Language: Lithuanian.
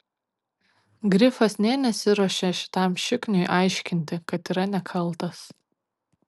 grifas nė nesiruošė šitam šikniui aiškinti kad yra nekaltas